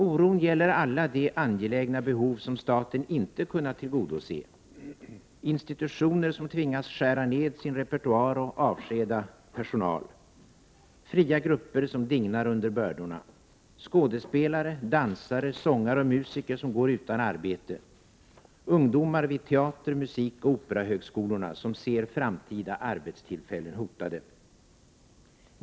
Oron gäller alla de angelägna behov som staten inte kunnat tillgodose: 35 institutioner som tvingas skära ned repertoar och avskeda personal, fria grupper som dignar under bördorna, skådespelare, dansare, sångare och musiker som går utan arbete, ungdomar vid teater-, musikoch operahögskolorna som ser framtida arbetstillfällen hotade.